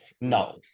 no